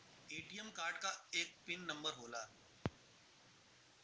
ATM card क एक PIN number होला